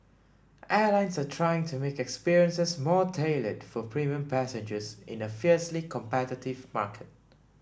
airlines are trying to make experiences more tailored for premium passengers in a fiercely competitive market